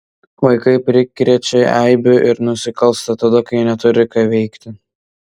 vaikai prikrečia eibių ir nusikalsta tada kai neturi ką veikti